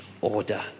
order